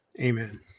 amen